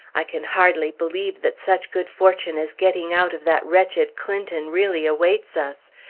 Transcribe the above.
i can hardly believe that such good fortune as getting out of that wretched clinton really awaits us.